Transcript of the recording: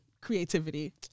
creativity